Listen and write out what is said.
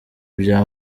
bya